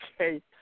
Okay